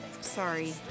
sorry